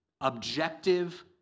objective